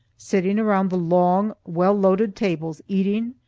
sitting around the long, well-loaded tables, eating,